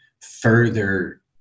further